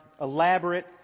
elaborate